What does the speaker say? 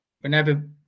whenever